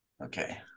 Okay